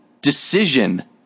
decision